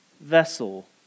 vessel